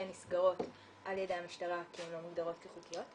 שנסגרות על ידי המשטרה כי הן לא מוגדרות כחוקיות,